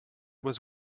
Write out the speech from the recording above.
was